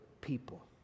people